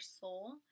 soul